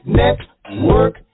network